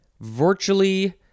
virtually